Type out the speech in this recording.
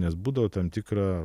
nes būdavo tam tikra